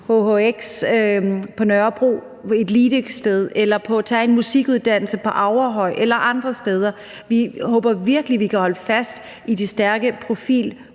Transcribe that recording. hhx på Nørrebro, et elitested, eller tage en musikuddannelse på Aurehøj eller andre steder. Jeg håber virkelig, at vi kan holde fast i de stærke